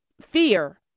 fear